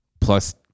plus